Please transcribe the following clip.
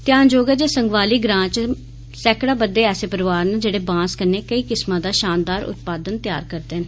घ्यानजोग ऐ जे संगवाली ग्रां च सैकड़ां बद्दे ऐसे परिवार न जेहड़े बांस कन्नै केई किस्मा दे शानदार उत्पाद तैआर करदे न